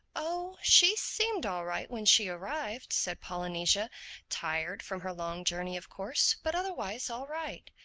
oh, she seemed all right when she arrived, said polynesia tired from her long journey of course but otherwise all right.